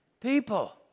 People